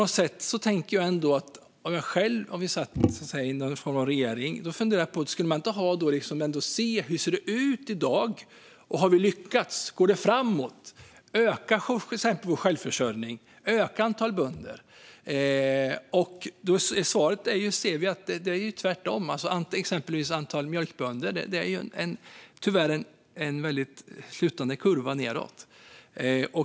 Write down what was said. Om man själv hade suttit i någon form av regering funderar jag på om man inte skulle fråga sig hur det ser ut i dag, om det har lyckats och gått framåt, om vår självförsörjning och antalet bönder ökat. Svaret är att det är tvärtom. När det exempelvis gäller antalet mjölkbönder är det tyvärr en sluttande kurva nedåt.